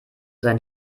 sein